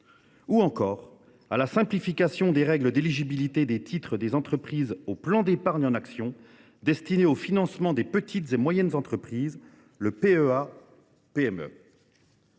ou encore à la simplification des règles d’éligibilité des titres des entreprises au plan d’épargne en actions destiné au financement des petites et moyennes entreprises, le PEA PME.